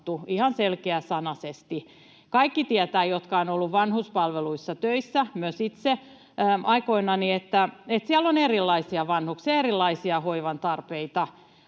ihan selkeäsanaisesti. Kaikki, jotka ovat olleet vanhuspalveluissa töissä — myös itse aikoinani — tietävät, että siellä on erilaisia vanhuksia, erilaisia hoivan tarpeita.